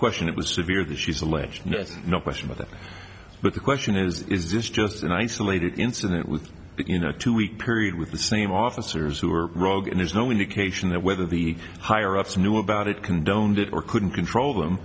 question it was severe that she's alleged no question with it but the question is this just an isolated incident with you know two week period with the same officers who are rogue and there's no indication that whether the higher ups knew about it condoned it or couldn't control them